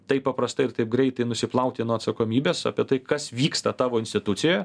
taip paprastai ir taip greitai nusiplauti nuo atsakomybės apie tai kas vyksta tavo institucijoje